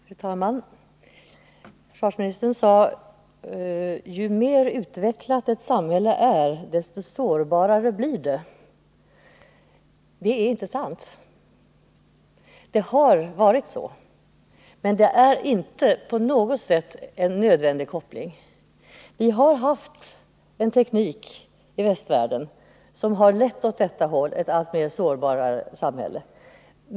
Fru talman! Försvarsministern sade att ju mer utvecklat ett samhälle är, desto sårbarare blir det. Det är inte sant. Det har varit så, men en sammankoppling av dessa företeelser är inte på något sätt nödvändig. Vi har haft i västvärlden en teknik som har lett mot ett allt mer sårbart samhälle.